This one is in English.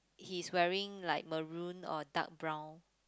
he's wearing like maroon or dark brown